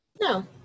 no